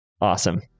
Awesome